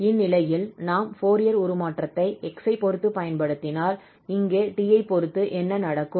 இந்நிலையில் நாம் ஃபோரியர் உருமாற்றத்தை x ஐ பொறுத்துப் பயன்படுத்தினால் இங்கே t ஐ பொறுத்து என்ன நடக்கும்